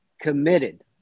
committed